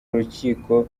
urukiko